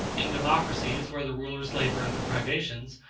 in democracies, where the rulers labor under privations,